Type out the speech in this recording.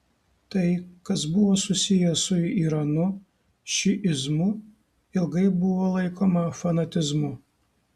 tai kas buvo susiję su iranu šiizmu ilgai buvo laikoma fanatizmu